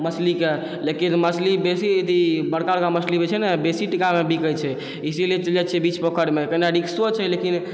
मछलीके लेकिन मछली बेसी बड़का बड़का मछली जे छै ने बेसी टकामे बिकै छै इसीलिए चलि जाइ छिए बीच पोखरिमे कनिटा रिस्को छै लेकिन